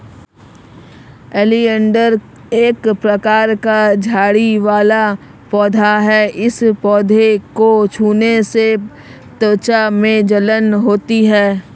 oleander एक प्रकार का झाड़ी वाला पौधा है इस पौधे को छूने से त्वचा में जलन होती है